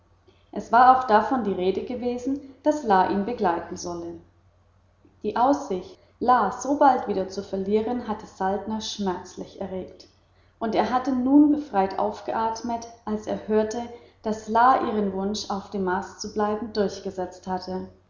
es war auch davon die rede gewesen daß la ihn begleiten solle die aussicht la so bald wieder zu verlieren hatte saltner schmerzlich erregt und er hatte nun befreit aufgeatmet als er hörte daß la ihren wunsch auf dem mars zu bleiben durchgesetzt habe